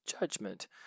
judgment